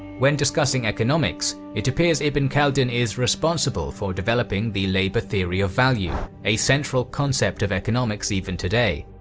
when discussing economics, it appears ibn khaldun is responsible for developing the labour theory of value, a central concept of economics even today.